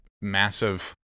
massive